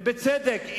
ובצדק,